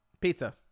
Pizza